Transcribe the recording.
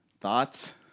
Thoughts